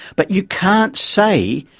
but you can't say,